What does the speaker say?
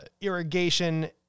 irrigation